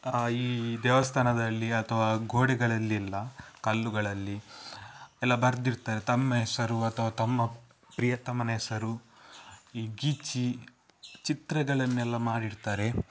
ಈ ದೇವಸ್ಥಾನದಲ್ಲಿ ಅಥವಾ ಗೋಡೆಗಳಲ್ಲೆಲ್ಲ ಕಲ್ಲುಗಳಲ್ಲಿ ಎಲ್ಲ ಬರೆದಿರ್ತಾರೆ ತಮ್ಮ ಹೆಸರು ಅಥವಾ ತಮ್ಮ ಪ್ರಿಯತಮನ ಹೆಸರು ಈ ಗೀಚಿ ಚಿತ್ರಗಳನ್ನೆಲ್ಲ ಮಾಡಿರ್ತಾರೆ